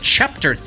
Chapter